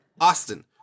Austin